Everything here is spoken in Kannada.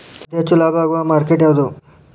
ಅತಿ ಹೆಚ್ಚು ಲಾಭ ಆಗುವ ಮಾರ್ಕೆಟ್ ಯಾವುದು?